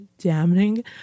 damning